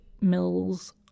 mills